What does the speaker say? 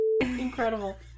Incredible